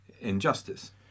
injustice